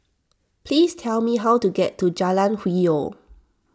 please tell me how to get to Jalan Hwi Yoh